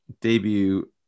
debut